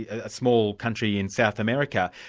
a small country in south america,